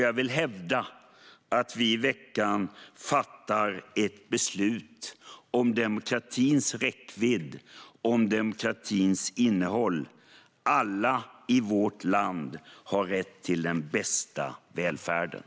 Jag vill hävda att vi i veckan fattar ett beslut om demokratins räckvidd och dess innehåll. Alla i vårt land har rätt till den bästa välfärden.